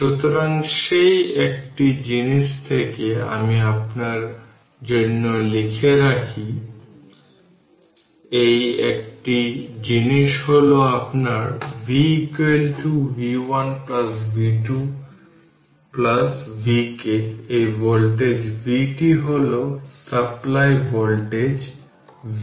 সুতরাং সেই একটি জিনিস থেকে আমি আপনার জন্য লিখে রাখি এই একটি জিনিস হল আপনার v v1 v2 vk এই ভোল্টেজ vt হল সাপ্লাই ভোল্টেজ v